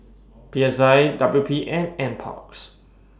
P S I W P and NParks